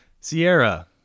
Sierra